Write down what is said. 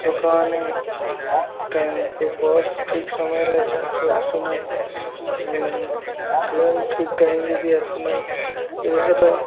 ଲୋକମାନେ time bus ଠିକ୍ ସମୟରେ ଆସୁ ଆସୁ ନାହିଁ ଟ୍ରେନ୍ ଠିକ୍ ଟାଇମ୍ରେ ବି ଆସୁ ନାହିଁ ଏହାର